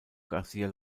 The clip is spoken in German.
garcía